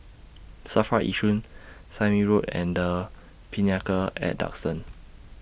SAFRA Yishun Sime Road and The Pinnacle At Duxton